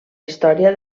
història